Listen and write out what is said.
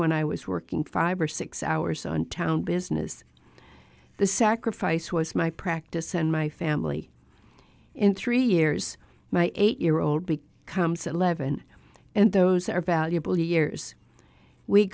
when i was working five or six hours on town business the sacrifice was my practice and my family in three years my eight year old big comes at eleven and those are valuable years we